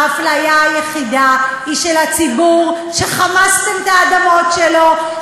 האפליה היחידה היא של הציבור שחמסתם את האדמות שלו,